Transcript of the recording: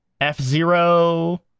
F-Zero